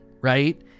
Right